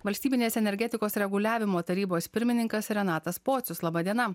valstybinės energetikos reguliavimo tarybos pirmininkas renatas pocius laba diena